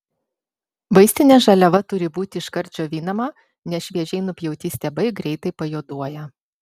vaistinė žaliava turi būti iškart džiovinama nes šviežiai nupjauti stiebai greitai pajuoduoja